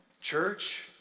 church